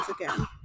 again